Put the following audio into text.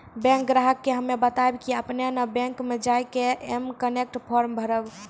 bank ग्राहक के हम्मे बतायब की आपने ने बैंक मे जय के एम कनेक्ट फॉर्म भरबऽ